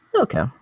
okay